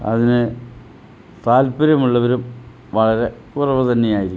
അതിനു താത്പര്യമുള്ളവരും വളരെ കുറവു തന്നെയായിരിക്കും